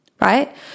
right